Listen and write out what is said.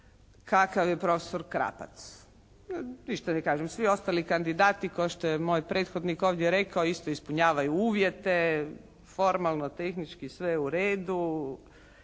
kakav je profesor Krapac. Ništa ne kažem, svi ostali kandidati kao što je moj prethodnik ovdje rekao isto ispunjavaju uvjet, formalno tehnički sve je u redu.